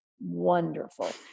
wonderful